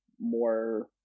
more